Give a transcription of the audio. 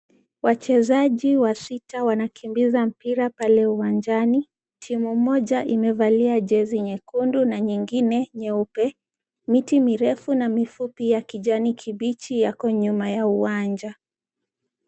Wachezaji wasita wanakimbiza mpira pale uwanjani. Timu moja imevalia jezi nyekundu na nyingine nyeupe. Miti mirefu na mifupi ya kijani kibichi iko nyuma ya uwanja.